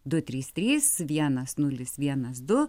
du trys trys vienas nulis vienas du